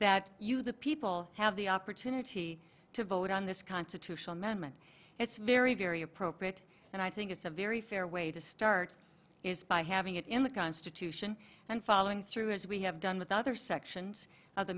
that you the people have the opportunity to vote on this constitutional amendment it's very very appropriate and i think it's a very fair way to start is by having it in the constitution and following through as we have done with other sections of the